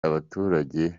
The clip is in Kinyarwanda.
abaturage